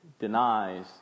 denies